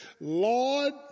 Lord